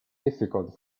difficult